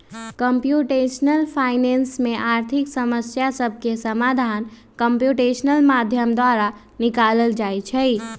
computational finance में आर्थिक समस्या सभके समाधान कंप्यूटेशनल माध्यम द्वारा निकालल जाइ छइ